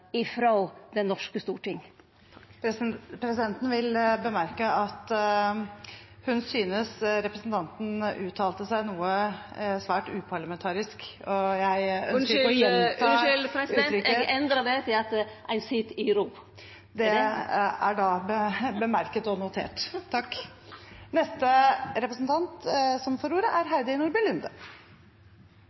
det norske storting. Presidenten vil bemerke at hun synes representanten uttalte seg svært uparlamentarisk, jeg ønsker ikke å gjenta uttrykket. Unnskyld, president. Eg endrar det til at ein «sit i ro». Det er da bemerket og notert.